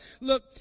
Look